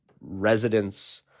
residents